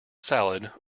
salad